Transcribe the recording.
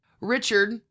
Richard